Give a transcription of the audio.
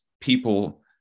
people